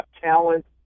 talent